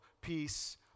peace